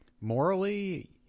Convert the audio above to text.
Morally